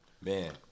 Man